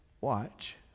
watch